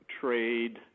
trade